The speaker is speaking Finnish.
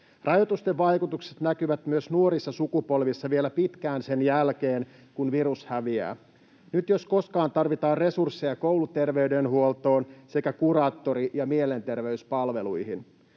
Rajoitusten vaikutukset näkyvät myös nuorissa sukupolvissa vielä pitkään sen jälkeen, kun virus häviää. Nyt jos koskaan tarvitaan resursseja kouluterveydenhuoltoon sekä kuraattori- että mielenterveyspalveluihin.